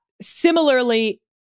Similarly